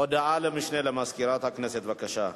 הודעה למשנה למזכירת הכנסת, בבקשה.